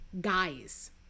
guys